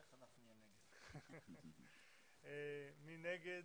מי בעד, מי נגד,